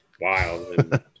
wild